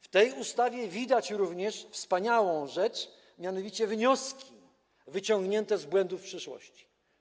W tej ustawie widać również wspaniałą rzecz, mianowicie wnioski wyciągnięte z błędów przeszłości.